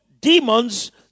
demons